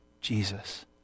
Jesus